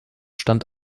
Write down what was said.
stand